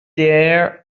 dare